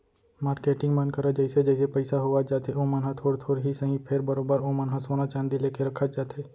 marketing मन करा जइसे जइसे पइसा होवत जाथे ओमन ह थोर थोर ही सही फेर बरोबर ओमन ह सोना चांदी लेके रखत जाथे